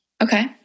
okay